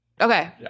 Okay